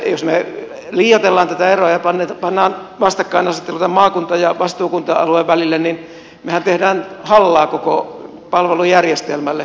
jos me liioittelemme tätä eroa ja panemme vastakkainasettelun tämän maakunta ja vastuukuntamallin välille niin mehän teemme hallaa koko palvelujärjestelmälle